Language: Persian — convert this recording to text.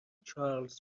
چارلز